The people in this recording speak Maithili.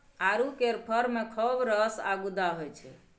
आड़ू केर फर मे खौब रस आ गुद्दा होइ छै